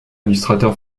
illustrateur